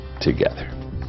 together